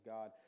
God